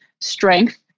strength